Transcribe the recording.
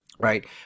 Right